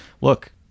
look